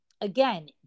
again